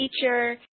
teacher